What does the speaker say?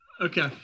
Okay